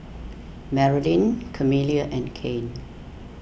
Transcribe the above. Marylyn Camilla and Cain